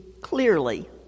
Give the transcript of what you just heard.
clearly